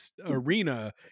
arena